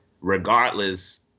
regardless